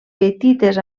petites